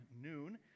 noon